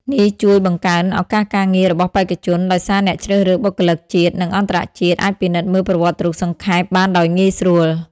នេះជួយបង្កើនឱកាសការងាររបស់បេក្ខជន ដោយសារអ្នកជ្រើសរើសបុគ្គលិកជាតិ និងអន្តរជាតិអាចពិនិត្យមើលប្រវត្តិរូបសង្ខេប បានដោយងាយស្រួល។